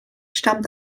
stammt